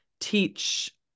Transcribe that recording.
teach